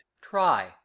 Try